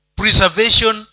preservation